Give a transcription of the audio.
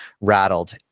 rattled